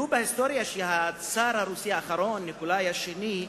כתוב בהיסטוריה שהצאר הרוסי האחרון, ניקולאי השני,